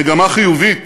מגמה חיובית